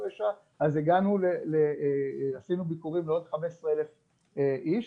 אז עשינו ביקורים לעוד חמש עשרה אלף איש.